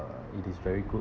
uh it is very good